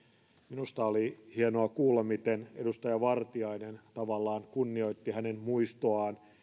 minusta oli hienoa kuulla miten edustaja vartiainen tavallaan kunnioitti hänen muistoaan